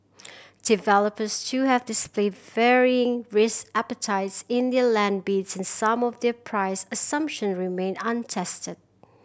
developers too have displayed varying risk appetites in their land bids and some of their price assumption remain untested